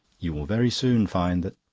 you will very soon find that.